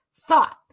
Thought